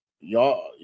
Y'all